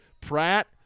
Pratt